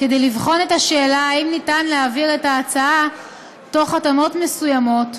כדי לבחון את השאלה אם ניתן להעביר את ההצעה תוך התאמות מסוימות,